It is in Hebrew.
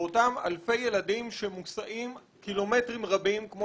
ואותם אלפי ילדים שמוסעים קילומטרים רבים כמו